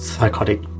Psychotic